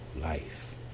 life